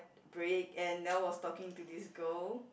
break and Niel was talking to this girl